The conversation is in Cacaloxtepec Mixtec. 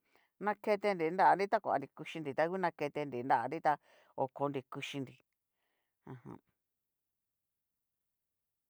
Naketenri nranri ta kuanri kuxhinri tá ngu naketenri nranri, ta okonri kuchinri, ajan.